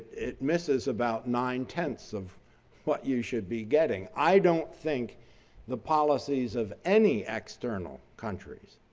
it misses about nine tenths of what you should be getting. i don't think the policies of any external countries.